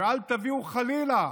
ואל תביאו, חלילה,